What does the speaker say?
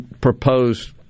proposed